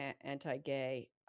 anti-gay